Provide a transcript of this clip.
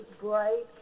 bright